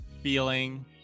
feeling